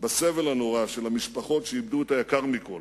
בסבל הנורא של המשפחות שאיבדו את היקר מכול.